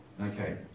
Okay